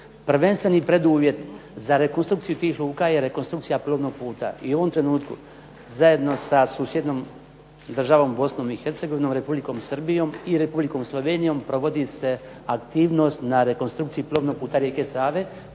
prvenstveni preduvjet za rekonstrukciju tih luka je rekonstrukcija plovnog puta. I u ovom trenutku zajedno sa susjednom državom Bosnom i Hercegovinom, Republikom Srbijom i Republikom Slovenijom provodi se aktivnost na rekonstrukciji plovnog puta rijeke Save